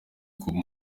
bubaho